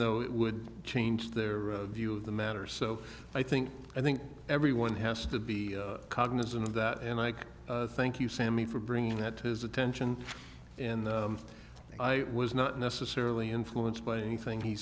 though it would change their view of the matter so i think i think everyone has to be cognizant of that and i thank you sami for bringing that to his attention and i was not necessarily influenced by anything he